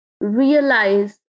realize